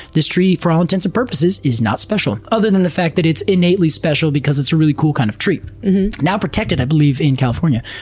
this tree, for all intents and purposes, is not special. other than the fact that it's innately special because it's a really cool kind of tree now protected, i believe in california.